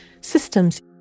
systems